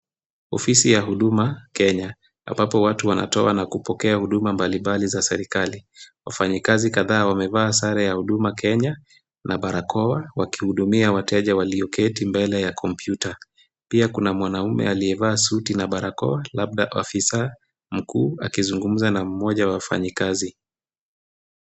Ofisi ya Huduma Kenya ambapo watu wanatoa na kupokea huduma ambayo mbali mbali za serikali. Wafanye kazi kataa wamevaa sare ya Huduma Kenya na barakoa wakihadumia wateja walioketi mbele ya kompyuta, pia kuna mwanaume aliyevaa suti na barakoa labda ofisa mkuu akisungumza na moja wa wafanyi kazi.